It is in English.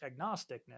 agnosticness